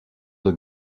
deux